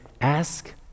ask